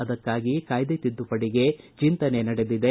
ಅದಕ್ಕಾಗಿ ಕಾಯ್ದೆ ತಿದ್ದುಪಡಿಗೆ ಚಿಂತನೆ ನಡೆದಿದೆ